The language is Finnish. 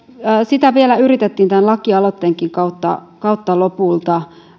sitä vielä yritettiin tämän lakialoitteenkin kautta kautta lopulta